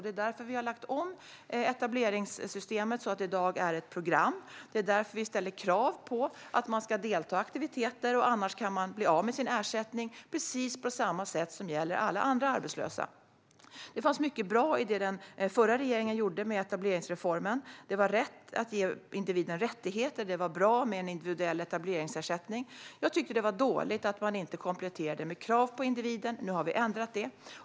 Det är därför som vi har lagt om etableringssystemet så att det i dag är ett program. Det är därför som vi ställer krav på att man ska delta i aktiviteter, annars kan man bli av med sin ersättning precis på samma sätt som gäller för alla andra arbetslösa. Det fanns mycket som var bra i det som den förra regeringen gjorde med etableringsreformen. Det var rätt att ge individen rättigheter, och det var bra med en individuell etableringsersättning. Men jag tycker att det var dåligt att den inte kompletterades med krav på individen - nu har vi ändrat på det.